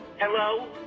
Hello